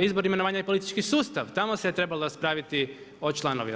izbor, imenovanja i politički sustav, tamo se je trebalo raspraviti o članovima.